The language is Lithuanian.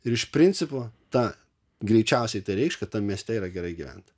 ir iš principo ta greičiausiai tai reikš kad tam mieste yra gerai gyvent